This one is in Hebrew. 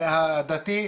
הדתי,